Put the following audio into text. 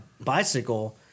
bicycle